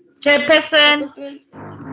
Chairperson